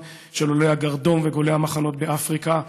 של עולי הגרדום וגולי המחנות באפריקה.